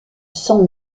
son